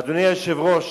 אדוני היושב-ראש,